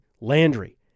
Landry